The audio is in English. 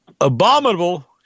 abominable